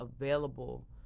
available